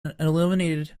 illuminated